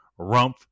Rumpf